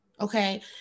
Okay